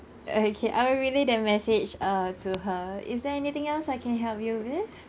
okay I will relay that message uh to her is there anything else I can help you with